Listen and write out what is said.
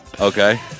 okay